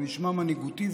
זה נשמע מנהיגותי,